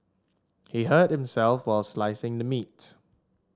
he hurt himself while slicing the meat